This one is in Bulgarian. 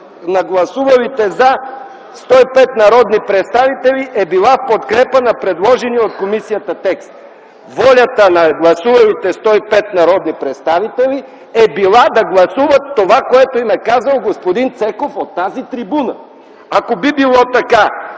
на гласувалите „за” 105 народни представители е в подкрепа на предложения от комисията текст. Волята на гласувалите 105 народни представители е била да гласуват това, което им е казал господин Цеков от тази трибуна. Ако би било така,